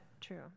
true